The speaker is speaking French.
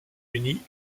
unis